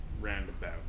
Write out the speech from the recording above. roundabout